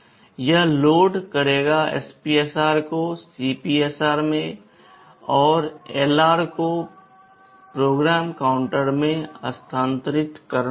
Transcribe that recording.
यह लोड करेगा SPSR को CPSR में LR को PC में स्थानांतरित होगा